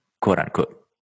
quote-unquote